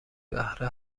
بهره